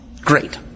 Great